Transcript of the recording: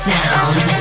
Sound